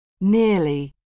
nearly